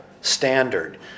standard